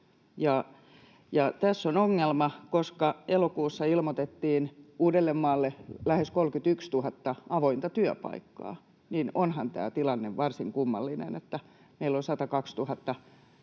tässä on ongelma, koska elokuussa ilmoitettiin Uudellemaalle lähes 31 000 avointa työpaikkaa. Onhan tämä tilanne varsin kummallinen, että meillä on 102 000